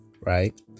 Right